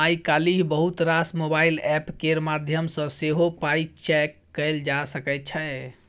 आइ काल्हि बहुत रास मोबाइल एप्प केर माध्यमसँ सेहो पाइ चैक कएल जा सकै छै